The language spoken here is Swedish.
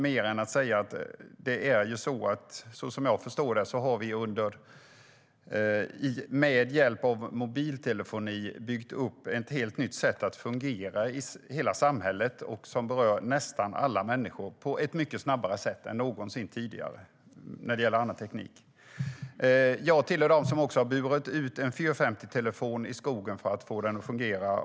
Men så som jag förstår det har vi med hjälp av mobiltelefoni byggt upp ett helt nytt sätt att fungera i hela samhället. Det berör nästan alla människor på ett mycket snabbare sätt än någonsin tidigare när det gäller teknik. Jag hör till dem som har tagit med mig en 450-telefon ut i skogen för att få den att fungera.